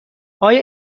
آیا